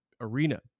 arena